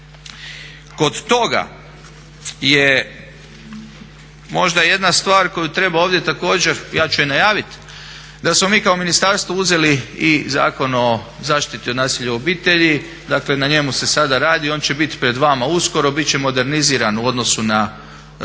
Kod toga je možda jedna stvar koju treba ovdje također, ja ću je najavit da smo mi kao ministarstvo uzeli i Zakon o zaštiti od nasilja u obitelji, dakle na njemu se sada radi i on će bit pred vama uskoro, bit će modernizirat u odnosu na sadašnji